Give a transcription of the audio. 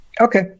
Okay